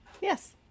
Yes